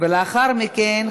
לאחר מכן,